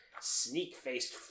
Sneak-faced